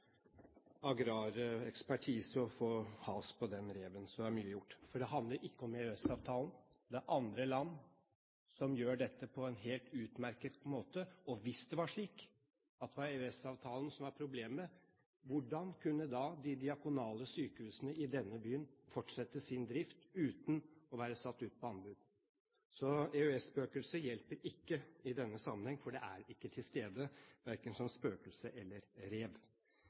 ekspertise – få has på den reven, så er mye gjort. For det handler ikke om EØS-avtalen. Det er andre land som gjør dette på en helt utmerket måte. Og hvis det var slik at det var EØS-avtalen som var problemet, hvordan kunne da de diakonale sykehusene i denne byen fortsette sin drift uten å være satt ut på anbud? EØS-spøkelset hjelper ikke i denne sammenheng, for det er ikke til stede, verken som spøkelse eller rev.